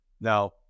Now